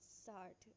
start